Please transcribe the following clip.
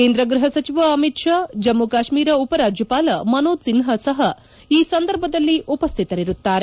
ಕೇಂದ್ರ ಗ್ನಪ ಸಚಿವ ಅಮಿತ್ ಷಾ ಜಮ್ಮ ಕಾಶ್ಮೀರ ಉಪರಾಜ್ನಪಾಲ ಮನೋಜ್ ಸಿನ್ವಾ ಸಹ ಈ ಸಂದರ್ಭದಲ್ಲಿ ಉಪಶ್ಲಿತರಿರುತ್ತಾರೆ